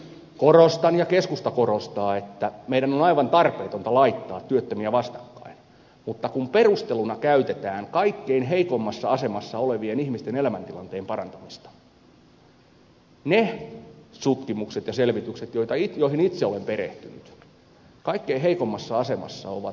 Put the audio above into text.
korostan ja keskusta korostaa että meidän on aivan tarpeetonta laittaa työttömiä vastakkain mutta kun perusteluna käytetään kaikkein heikoimmassa asemassa olevien ihmisten elämäntilanteen parantamista niiden tutkimusten ja selvitysten mukaan joihin itse olen perehtynyt kaikkein heikoimmassa asemassa ovat lapsiperheet